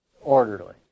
orderly